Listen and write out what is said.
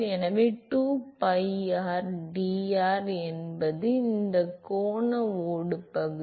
எனவே 2pi rdr என்பது இந்த கோண ஓடு பகுதி